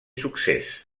succés